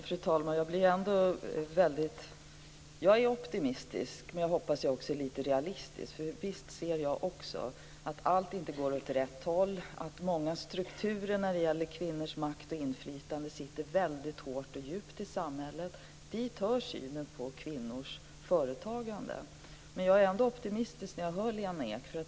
Fru talman! Jag är optimistisk och jag hoppas att jag också är realistisk. Visst ser jag också att allt inte går åt rätt håll, att många strukturer när det gäller kvinnors makt och inflytande sitter väldigt hårt och djupt i samhället. Dit hör synen på kvinnors företagande. Men jag blir ändå optimistisk när jag hör Lena Ek.